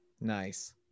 nice